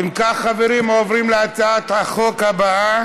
אם כך, חברים, עוברים להצעת החוק הבאה